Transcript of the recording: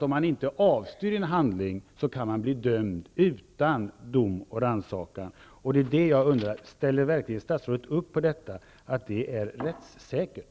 Om man inte avstyr en handling kan man bli dömd utan dom och rannsakan. Jag undrar om statsrådet verkligen ställer upp på att det är rättssäkert.